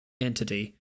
entity